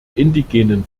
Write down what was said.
indigenen